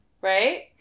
Right